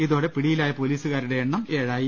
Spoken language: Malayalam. ഇതോടെ പിടിയിലായ പൊലീസുകാരുടെ എണ്ണം ഏഴായി